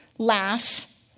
Laugh